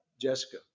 Jessica